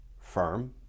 firm